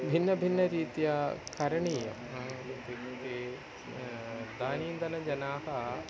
भिन्नभिन्नरीत्या करणीयम् इत्युक्ते इदानीन्दनजनाः